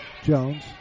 Jones